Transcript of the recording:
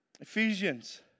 Ephesians